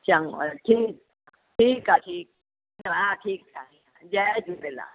चङो हलु ठीकु ठीकु आहे ठीकु आहे हा ठीकु आहे जय झूलेलाल